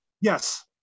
Yes